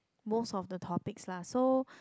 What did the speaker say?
most of the topics lah so